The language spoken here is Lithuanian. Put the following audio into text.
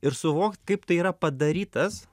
ir suvokt kaip tai yra padarytas